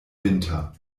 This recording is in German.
winter